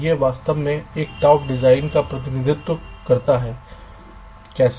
यह वास्तव में एक टॉप डाउन डिजाइन का प्रतिनिधित्व करता है कैसे